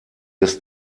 des